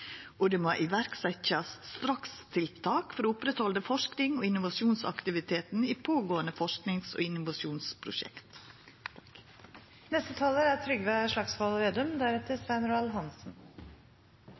Og det må setjast i verk strakstiltak for å oppretthalda forskings- og innovasjonsaktiviteten i pågåande forskings- og innovasjonsprosjekt.